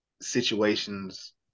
situations